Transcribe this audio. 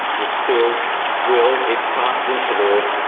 this bill will, if passed into law,